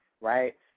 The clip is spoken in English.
right